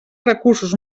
recursos